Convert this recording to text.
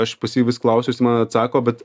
aš pas jį vis klausiu jis man atsako bet